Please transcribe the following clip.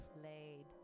Played